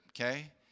okay